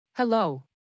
Hello